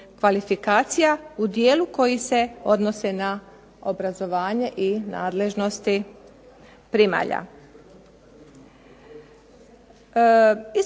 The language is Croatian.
kvalifikacija u dijelu koji se odnose na obrazovanje i nadležnosti primalja.